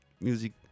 music